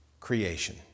creation